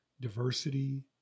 diversity